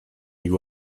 you